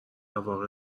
واقع